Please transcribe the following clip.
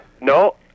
No